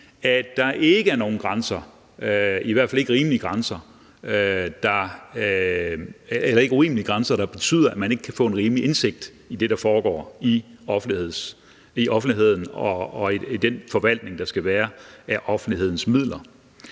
at der ikke er nogen grænser, i hvert fald ikke urimelige grænser, der betyder, at man ikke kan få en rimelig indsigt i det, der foregår i offentligheden og i den forvaltning, der skal være af offentlighedens midler.